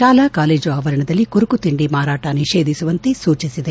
ಶಾಲಾ ಕಾಲೇಜು ಆವರಣದಲ್ಲಿ ಕುರುಕು ತಿಂಡಿ ಮಾರಾಟ ನಿಷೇಧಿಸುವಂತೆ ಸೂಚಿಸಿದೆ